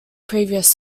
previous